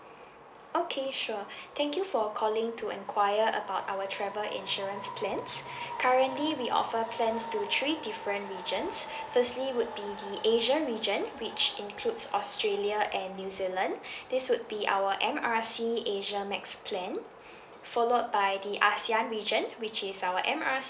okay sure thank you for calling to inquire about our travel insurance plans currently we offer plans to three different regions firstly would be the asia region which includes australia and new zealand this would be our M R C asia max plan followed by the ASEAN region which is our M R